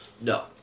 No